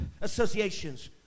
associations